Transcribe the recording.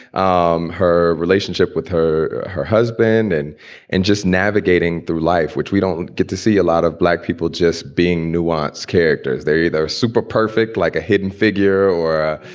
um her relationship with her, her husband and and just navigating through life, which we don't get to see a lot of black people just being nuanced characters. they either super perfect like a hidden figure or,